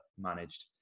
managed